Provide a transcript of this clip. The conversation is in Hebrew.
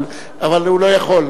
אבל הוא לא יכול,